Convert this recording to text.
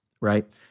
right